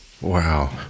Wow